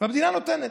והמדינה נותנת,